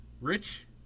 Rich